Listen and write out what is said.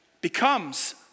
becomes